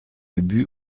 ubu